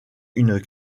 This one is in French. une